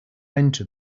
enter